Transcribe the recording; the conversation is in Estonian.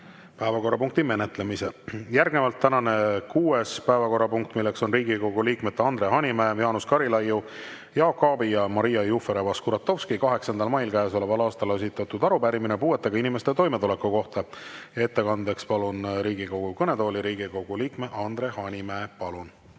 päevakorrapunkti menetlemise. Järgnevalt tänane kuues päevakorrapunkt: Riigikogu liikmete Andre Hanimäe, Jaanus Karilaiu, Jaak Aabi ja Maria Jufereva-Skuratovski 8. mail käesoleval aastal esitatud arupärimine puuetega inimeste toimetuleku kohta. Ettekandeks palun Riigikogu kõnetooli Riigikogu liikme Andre Hanimäe. Palun!